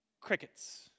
crickets